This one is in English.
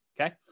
okay